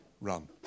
Run